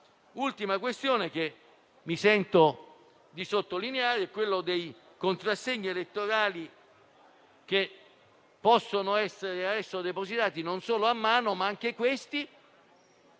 L'ultima questione che mi sento di sottolineare è quella dei contrassegni elettorali, che adesso possono essere depositati non solo a mano, ma - anch'essi